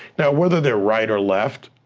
now, whether they're right or left,